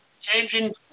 changing